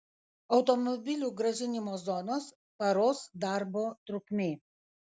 automobilių grąžinimo zonos paros darbo trukmė